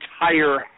entire